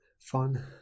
Fun